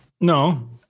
No